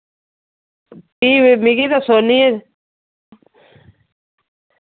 भी मिगी दस्सो आह्नियै